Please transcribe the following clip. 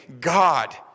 God